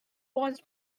wines